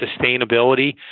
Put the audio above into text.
sustainability